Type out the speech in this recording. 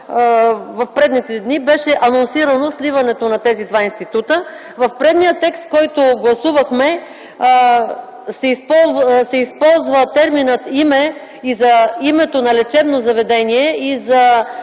в предишните дни беше анонсирано сливането на тези два института. В предишния текст, който гласувахме, се използва терминът „име” за името на лечебно заведение и за